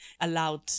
allowed